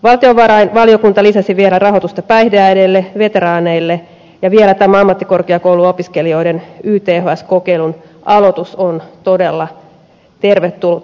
valtiovarainvaliokunta lisäsi vielä rahoitusta päihdeäideille veteraaneille ja vielä tämä ammattikorkeakouluopiskelijoiden yths kokeilun aloitus on todella tervetullut asia